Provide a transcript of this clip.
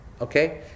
okay